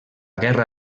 guerra